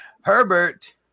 Herbert